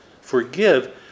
forgive